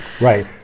Right